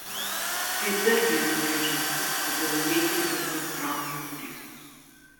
tai dar viena priežastis kodėl heidelbergas traukia turistus